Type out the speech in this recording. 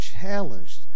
challenged